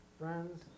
friends